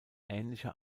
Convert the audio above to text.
ähnlicher